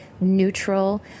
neutral